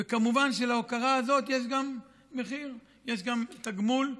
וכמובן שלהוקרה הזאת יש גם מחיר, יש גם תגמול.